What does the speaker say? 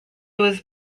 was